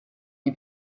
die